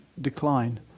decline